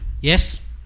Yes